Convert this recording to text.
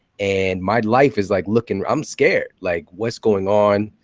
and my life is like looking i'm scared. like what's going on?